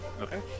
Okay